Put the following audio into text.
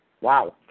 Wow